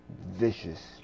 vicious